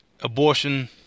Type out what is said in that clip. abortion